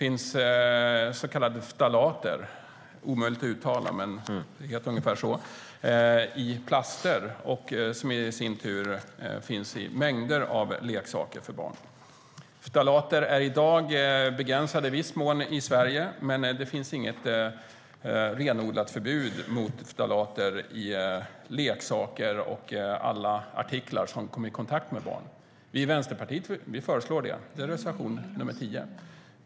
I plaster finns så kallade ftalater, som i sin tur finns i mängder av leksaker för barn. Ftalaterna är i viss mån begränsade i Sverige, men det finns inget renodlat förbud mot ftalater i leksaker och andra artiklar som barn kommer i kontakt med. Vi i Vänsterpartiet föreslår ett renodlat förbud. Det är reservation 10.